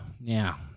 Now